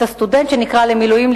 את הסטודנטים שנקראים למילואים,